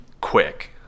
quick